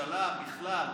הממשלה בכלל,